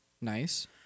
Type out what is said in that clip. Nice